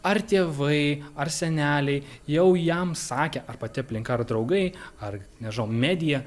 ar tėvai ar seneliai jau jam sakę ar pati aplinka ar draugai ar nežinau media